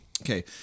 okay